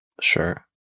Sure